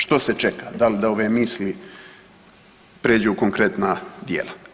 Što se čeka, da li da ove misli pređu u konkretna djela?